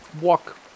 walk